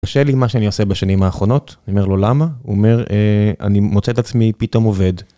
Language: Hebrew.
קשה לי עם מה שאני עושה בשנים האחרונות, אני אומר לו למה, הוא אומר אני מוצא את עצמי פתאום עובד.